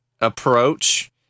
approach